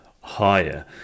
higher